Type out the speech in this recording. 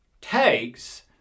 takes